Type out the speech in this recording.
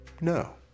No